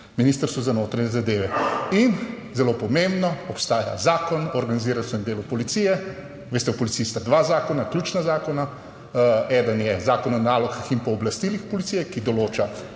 Ministrstvo za notranje zadeve. In zelo pomembno, obstaja Zakon o organiziranosti in delu policije. Veste, v policiji sta dva zakona, ključna zakona. Eden je Zakon o nalogah in pooblastilih policije, ki določa,